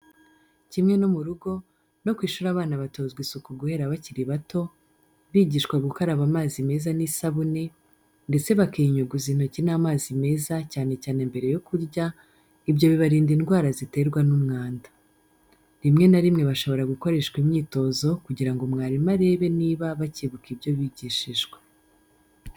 Kimwe no mu rugo, no ku ishuri abana batozwa isuku guhera bakiri bato, bigishwa gukaraba amazi meza n'isabune, ndetse bakiyunyuguza intoki n'amazi meza cyane cyane mbere yo kurya, ibyo bibarinda indwara ziterwa n'umwanda. Rimwe na rimwe bashobora gukoreshwa imyitozo kugira ngo mwarimu arebe niba bakibuka ibyo bigishijwe.